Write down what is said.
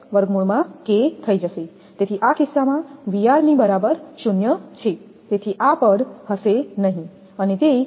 તેથી આ કિસ્સામાં 𝑉𝑟 ની બરાબર 0 છે તેથી આ પદ હશે નહીં